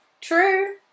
True